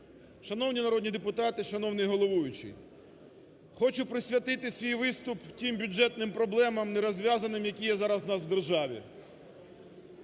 Шановні народні депутати, шановний головуючий, хочу присвятити свій виступ тим бюджетним проблемам нерозв'язаним, які є зараз у нас державі.